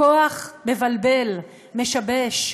הכוח מבלבל, משבש.